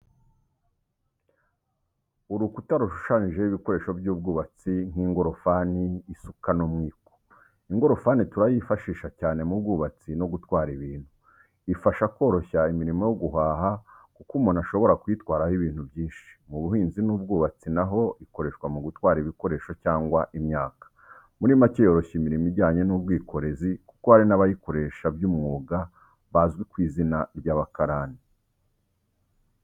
Urukuta rushushanyijeho ibikoresho by'ubwubatsi nk'ingorofani, isuka n'umwiko. Ingorofani turayifashisha, cyane mu bwubatsi no gutwara ibintu. Ifasha koroshya imirimo yo guhaha kuko umuntu ashobora kuyitwaraho ibintu byinshi. Mu buhinzi n’ubwubatsi naho ikoreshwa mu gutwara ibikoresho cyangwa imyaka. Muri make yoroshya imirimo ijyanye n’ubwikorezi kuko hari n’abayikoresha by’umwuga bazwi ku izina ry’abakarani.